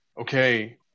okay